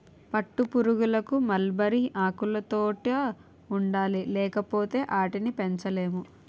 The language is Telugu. పట్టుపురుగులకు మల్బరీ ఆకులుతోట ఉండాలి లేపోతే ఆటిని పెంచలేము